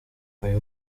uyu